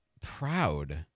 proud